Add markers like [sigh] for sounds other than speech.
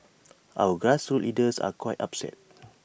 [noise] our grassroots leaders are quite upset